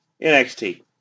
NXT